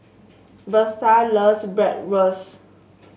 Birtha loves Bratwurst